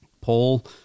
Paul